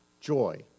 joy